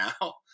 now